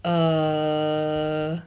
err